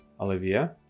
olivia